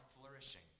flourishing